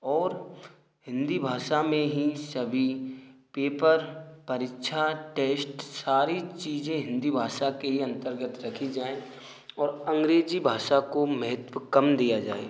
और हिन्दी भाषा में ही सभी पेपर परीक्षा टेश्ट सारी चीज़ें हिन्दी भाषा के ही अन्तर्गत रखी जाएँ और अंग्रेजी भाषा को महत्व कम दिया जाए